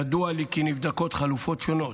ידוע לי כי נבדקות חלופות שונות,